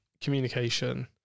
Communication